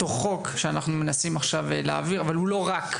חוק שאנחנו מנסים עכשיו להעביר אבל הוא לא רק.